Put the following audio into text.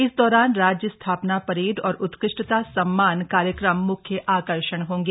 इस दौरान राज्य स्थापना परेड और उत्कृष्टता सम्मान कार्यक्रम मुख्य आकर्षण होंगे